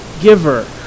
giver